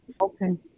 Okay